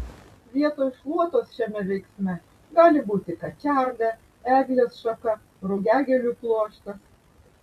vietoj šluotos šiame veiksme gali būti kačerga eglės šaka rugiagėlių pluoštas